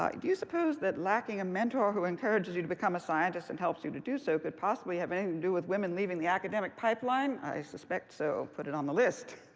do you suppose that lacking a mentor who encourages you to become a scientist and helps you to do so could possibly have anything to do with women leaving the academic pipeline? i suspect so. put it on the list.